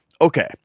okay